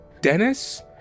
Dennis